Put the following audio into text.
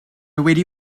wedi